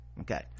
okay